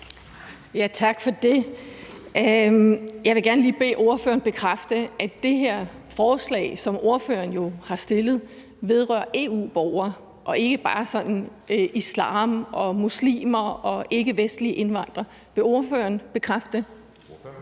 Tak for det. Jeg vil gerne lige bede ordføreren bekræfte, at det her forslag, som ordføreren jo har stillet, vedrører EU-borgere og ikke bare sådan islam og muslimer og ikkevestlige indvandrere. Vil ordføreren bekræfte